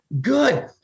good